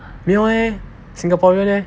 没有 leh singaporean leh